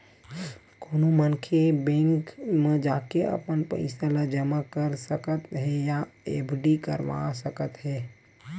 कोनो मनखे ह बेंक म जाके अपन पइसा ल जमा कर सकत हे या एफडी करवा सकत हे